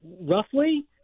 roughly